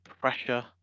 pressure